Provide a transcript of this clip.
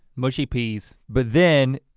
mushy peas. but then,